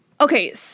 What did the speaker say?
Okay